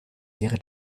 wäre